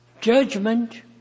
Judgment